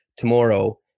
tomorrow